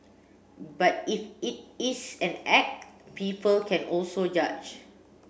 but if it is an act people can also judge